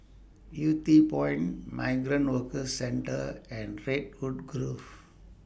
Yew Tee Point Migrant Workers Centre and Redwood Grove